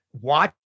watch